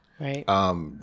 right